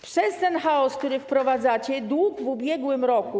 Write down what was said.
Przez ten chaos, który wprowadzacie, dług w ubiegłym roku.